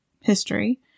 history